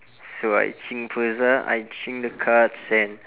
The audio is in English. so I shing first ah I shing the cards and